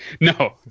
No